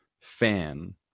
fan